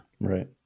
Right